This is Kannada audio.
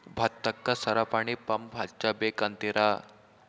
ಭತ್ತಕ್ಕ ಸರಪಣಿ ಪಂಪ್ ಹಚ್ಚಬೇಕ್ ಅಂತಿರಾ?